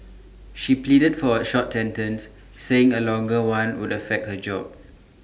she pleaded for A short sentence saying A longer one would affect her job